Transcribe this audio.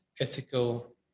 ethical